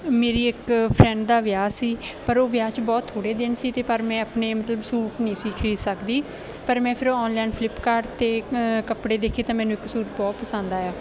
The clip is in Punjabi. ਮੇਰੀ ਇੱਕ ਫਰੈਂਡ ਦਾ ਵਿਆਹ ਸੀ ਪਰ ਉਹ ਵਿਆਹ 'ਚ ਬਹੁਤ ਥੋੜ੍ਹੇ ਦਿਨ ਸੀ ਅਤੇ ਪਰ ਮੈਂ ਆਪਣੇ ਮਤਲਬ ਸੂਟ ਨਹੀਂ ਸੀ ਖਰੀਦ ਸਕਦੀ ਪਰ ਮੈਂ ਫਿਰ ਔਨਲਾਈਨ ਫਲਿੱਪਕਾਰਟ 'ਤੇ ਕੱਪੜੇ ਦੇਖੇ ਤਾਂ ਮੈਨੂੰ ਇੱਕ ਸੂਟ ਬਹੁਤ ਪਸੰਦ ਆਇਆ